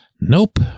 nope